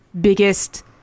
biggest